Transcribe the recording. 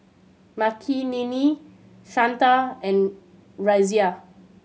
Makineni Santha and Razia